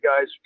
guys